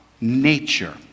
nature